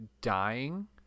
dying